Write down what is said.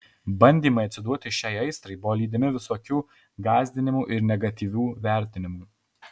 bandymai atsiduoti šiai aistrai buvo lydimi visokių gąsdinimų ir negatyvių vertinimų